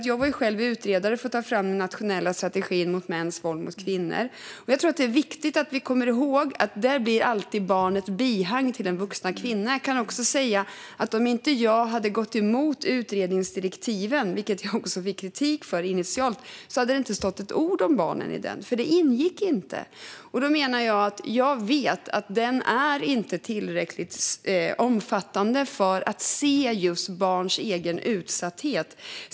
Jag var själv utredare när den nationella strategin mot mäns våld mot kvinnor togs fram, och jag tror att det är viktigt att komma ihåg att barnet där alltid blir ett bihang till den vuxna kvinnan. Om inte jag hade gått emot utredningsdirektiven, vilket jag också fick kritik för initialt, hade det inte stått ett ord om barnen i den. Det ingick inte. Därför vet jag att den inte är tillräckligt omfattande för att se just barns egen utsatthet.